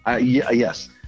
Yes